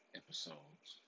episodes